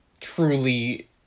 truly